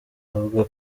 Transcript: avuga